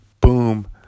boom